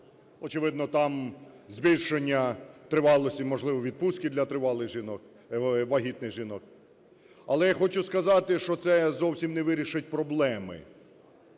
очевидно, там збільшення тривалості, можливо, відпустки для тривалих жінок… для вагітних жінок. Але я хочу сказати, що це зовсім не вирішить проблеми.